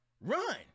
Run